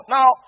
Now